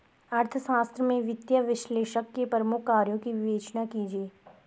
अर्थशास्त्र में वित्तीय विश्लेषक के प्रमुख कार्यों की विवेचना कीजिए